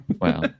Wow